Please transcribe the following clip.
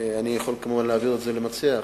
אני יכול כמובן להעביר את זה למציע.